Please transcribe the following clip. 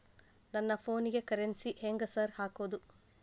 ನನ್ ಫೋನಿಗೆ ಕರೆನ್ಸಿ ಹೆಂಗ್ ಸಾರ್ ಹಾಕೋದ್?